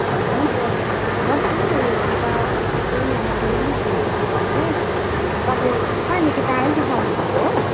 भन्दा अब दस दिन उता चाहिँ म मजाले नै फ्री हुन्थे हुनु चाहिँ तपाईँ कहाँदेखि टाढैदेखि आउनु भएको हो